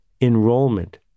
enrollment